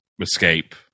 Escape